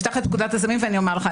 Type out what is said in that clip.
אפתח את פקודת הסמים ואומר לך.